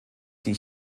die